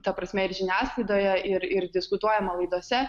ta prasme ir žiniasklaidoje ir ir diskutuojama laidose